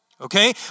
Okay